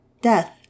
Death